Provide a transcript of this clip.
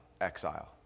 exile